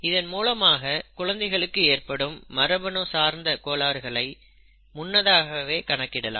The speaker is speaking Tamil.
இதன் மூலமாக குழந்தைக்கு ஏற்படும் மரபணு சார்ந்த கோளாறுகளை முன்னதாகவே கணக்கிடலாம்